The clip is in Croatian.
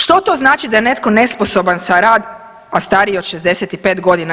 Što to znači da je netko nesposoban za rad, a stariji od 65 godina?